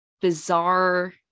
bizarre